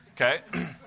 Okay